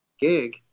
gig